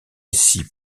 six